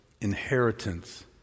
inheritance